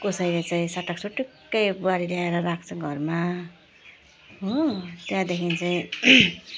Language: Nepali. कसैले चाहिँ सटाक सुटुक्कै बुहारी ल्याएर राख्छन् घरमा हो त्यहाँदेखिन् चाहिँ